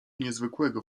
niezwykłego